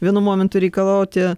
vienu momentu reikalauti